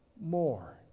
more